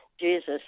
Jesus